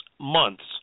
months